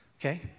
okay